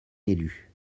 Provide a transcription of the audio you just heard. élu